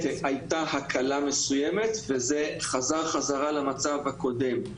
הייתה הקלה מסוימת וזה חזר חזרה למצב הקודם,